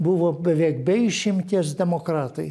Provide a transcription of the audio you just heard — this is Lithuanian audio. buvo beveik be išimties demokratai